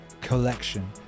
collection